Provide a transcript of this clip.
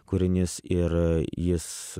kūrinys ir jis